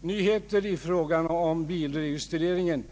nya förslag i fråga om bilregistrering.